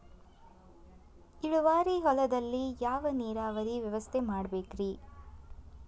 ಇಳುವಾರಿ ಹೊಲದಲ್ಲಿ ಯಾವ ನೇರಾವರಿ ವ್ಯವಸ್ಥೆ ಮಾಡಬೇಕ್ ರೇ?